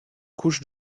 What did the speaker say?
couches